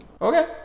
okay